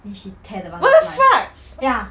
what the fuck